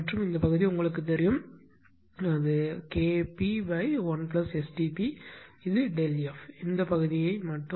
மற்றும் இந்த பகுதி உங்களுக்குத் தெரியும் Kp1STp இது ΔF இந்த பகுதியை மட்டும்